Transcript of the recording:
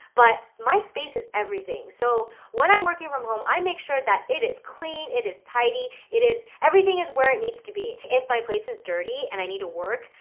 but my space is everything. so when i'm working from home, i make sure that it is clean, it is tidy it is everything is where it needs to be. if my place is dirty and i need to work,